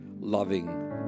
loving